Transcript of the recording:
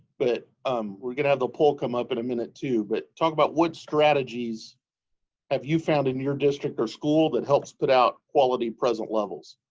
but um we're going to have the poll come up in a minute too. but talk about what strategies have you found in your district or school that helps put out quality present levels?